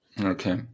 Okay